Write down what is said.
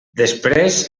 després